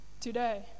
today